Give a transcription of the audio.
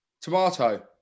Tomato